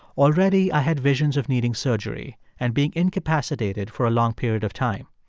already, i had visions of needing surgery and being incapacitated for a long period of time.